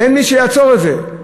אין מי שיעצור את זה.